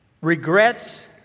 regrets